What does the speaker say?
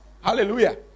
Hallelujah